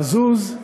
מזוז,